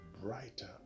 brighter